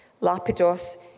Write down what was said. Lapidoth